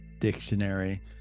Dictionary